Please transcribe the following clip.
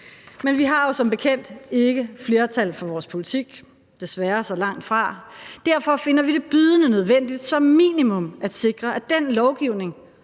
Men vi har jo som bekendt ikke flertal for vores politik, desværre, så langtfra. Derfor finder vi det bydende nødvendigt som minimum at sikre, at den lovgivning,